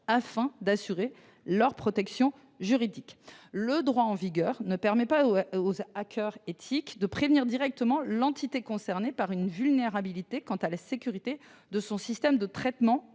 afin d'assurer leur protection légale. Le droit en vigueur permet aux lanceurs d'alerte numérique de prévenir non pas directement l'entité concernée par une vulnérabilité quant à la sécurité de son système de traitement